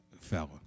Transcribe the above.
fella